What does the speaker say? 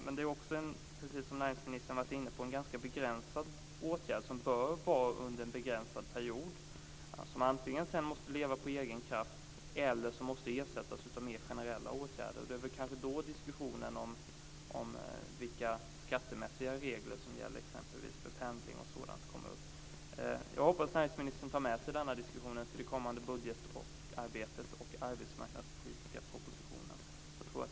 Men det är också, precis som näringsministern har varit inne på, en ganska begränsad åtgärd som bör vidtas under en begränsas period. Antingen måste den sedan leva av egen kraft, eller så måste den ersättas av mer generella åtgärder. Det är då diskussionen om vilka skattemässiga regler som gäller exempelvis för pendling och sådant kommer upp. Jag hoppas att näringsministern tar med sig denna diskussion till det kommande budgetarbetet och den arbetsmarknadspolitiska propositionen.